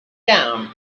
down